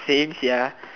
same sia